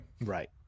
Right